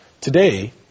Today